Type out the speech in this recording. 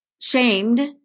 shamed